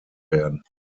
werden